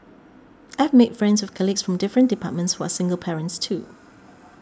I have made friends with colleagues from different departments who are single parents too